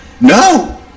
no